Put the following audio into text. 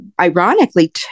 ironically